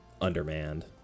undermanned